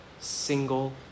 single